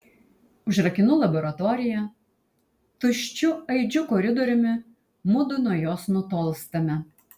užrakinu laboratoriją tuščiu aidžiu koridoriumi mudu nuo jos nutolstame